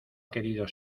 querido